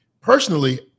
Personally